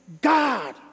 God